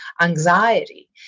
anxiety